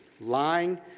Lying